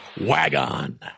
WagOn